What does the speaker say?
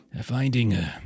finding